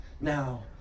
now